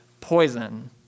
poison